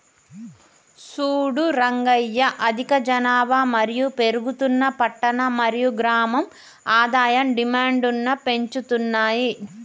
సూడు రంగయ్య అధిక జనాభా మరియు పెరుగుతున్న పట్టణ మరియు గ్రామం ఆదాయం డిమాండ్ను పెంచుతున్నాయి